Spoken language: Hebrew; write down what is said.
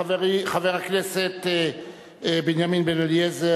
חבר הכנסת בנימין בן-אליעזר,